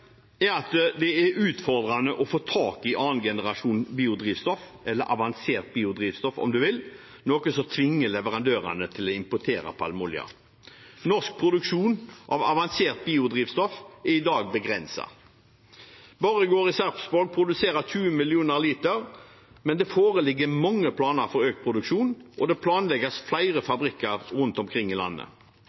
at det er utfordrende å få tak i annengenerasjons biodrivstoff – eller avansert biodrivstoff, om du vil – noe som tvinger leverandørene til å importere palmeolje. Norsk produksjon av avansert biodrivstoff er i dag begrenset. Borregaard i Sarpsborg produserer 20 mill. liter, men det foreligger mange planer for økt produksjon, og det planlegges flere fabrikker rundt omkring i landet.